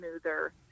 smoother